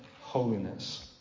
holiness